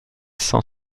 cent